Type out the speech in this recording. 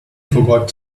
forgot